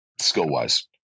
skill-wise